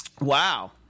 Wow